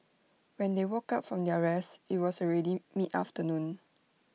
when they woke up from their rest IT was already mid afternoon